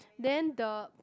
then the